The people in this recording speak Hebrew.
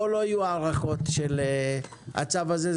פה לא יהיו הארכות של הצו הזה.